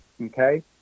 Okay